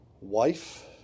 wife